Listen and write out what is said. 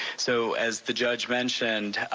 so as the judge mentioned,